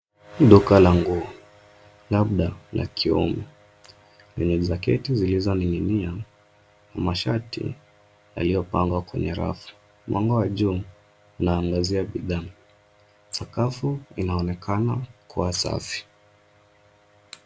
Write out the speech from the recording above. Duka la nguo labda la kiume lenye jaketi zilizoningi'inia na mashati yaliyopangwa kwenye rafu. Mwanga wa juu unaangazia bidhaa. Sakafu inaonekana kuwa safi.